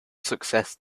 success